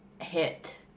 hit